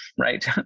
right